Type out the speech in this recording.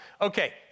Okay